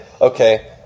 okay